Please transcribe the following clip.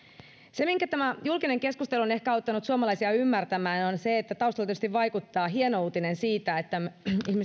se minkä tämä julkinen keskustelu on ehkä auttanut suomalaisia ymmärtämään on se että taustalla tietysti vaikuttaa hieno uutinen siitä että ihmiset